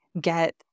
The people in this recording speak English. get